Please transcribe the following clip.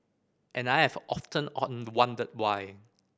and I have often wondered why